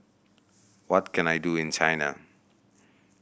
what can I do in China